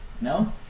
No